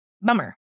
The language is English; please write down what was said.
Bummer